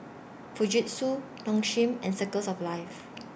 Fujitsu Nong Shim and Circles of Life